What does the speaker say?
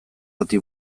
bati